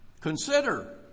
consider